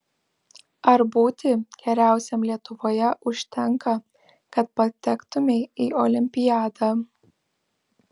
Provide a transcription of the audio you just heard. ar būti geriausiam lietuvoje užtenka kad patektumei į olimpiadą